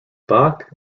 bach